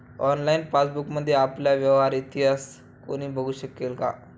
Online पासबुकमध्ये आपला व्यवहार इतिहास कोणी बघु शकेल का?